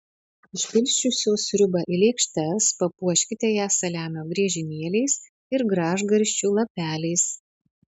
išpilsčiusios sriubą į lėkštes papuoškite ją saliamio griežinėliais ir gražgarsčių lapeliais